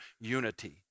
unity